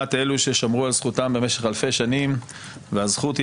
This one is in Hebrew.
ולעומת אלו ששמרו על זכותם במשך אלפי שנים והזכות היא